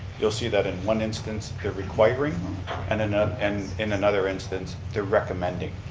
you'll see that in one instance they're requiring and in ah and in another instance, they're recommending.